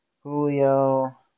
Julio